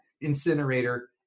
incinerator